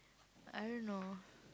I don't know